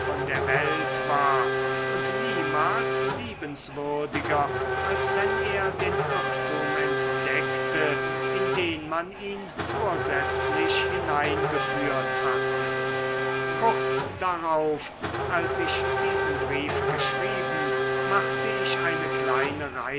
der welt war und niemals liebenswürdiger als wenn er den irrtum entdeckte in den man ihn vorsätzlich hineingeführt hatte kurz darauf als ich diesen brief geschrieben machte ich eine kleine